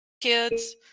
kids